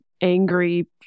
angry